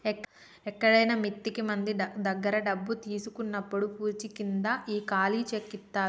ఎక్కడైనా మిత్తికి మంది దగ్గర డబ్బు తీసుకున్నప్పుడు పూచీకింద ఈ ఖాళీ చెక్ ఇత్తారు